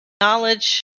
knowledge